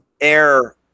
air